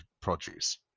produce